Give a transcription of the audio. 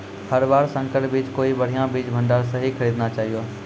हर बार संकर बीज कोई बढ़िया बीज भंडार स हीं खरीदना चाहियो